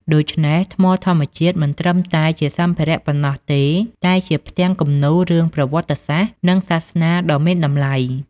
ដូច្នេះ ថ្មធម្មជាតិមិនត្រឹមតែជាសម្ភារៈប៉ុណ្ណោះទេ តែជា ផ្ទាំងគំនូររឿងប្រវត្តិសាស្ត្រ និងសាសនា ដ៏មានតម្លៃ។